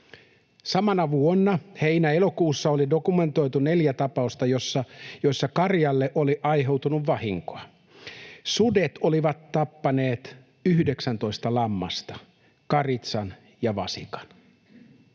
Samana vuonna heinä—elokuussa oli dokumentoitu neljä tapausta, joissa karjalle oli aiheutunut vahinkoa. Sudet olivat tappaneet 19 lammasta, karitsan ja vasikan.